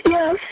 Yes